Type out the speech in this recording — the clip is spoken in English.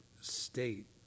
state